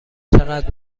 چقدر